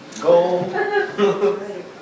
Go